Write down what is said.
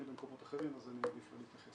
במקומות אחרים אז אני מעדיף לא להתייחס.